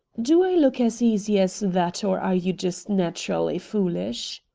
do i look as easy as that, or are you just naturally foolish?